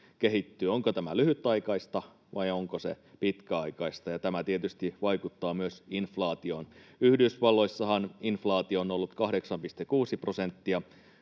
onko tämä lyhytaikaista, vai onko se pitkäaikaista? Tämä tietysti vaikuttaa myös inflaatioon. Yhdysvalloissahan inflaatio on ollut 8,6 prosenttia,